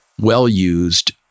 well-used